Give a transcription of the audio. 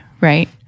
Right